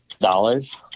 Dollars